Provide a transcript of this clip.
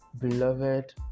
beloved